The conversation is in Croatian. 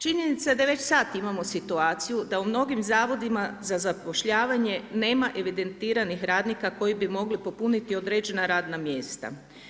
Činjenica je da već sad imamo situaciju, da u mnogim zavodima za zapošljavanje, nema evidentiranih radnika, koji bi mogli popuniti određena radna mjesta.